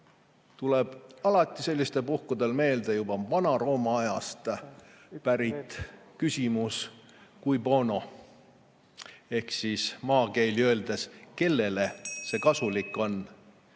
tuleb alati sellistel puhkudel meelde Vana-Rooma ajast pärit küsimuscui bono? Ehk siis maakeeli öeldes: kellele see kasulik on?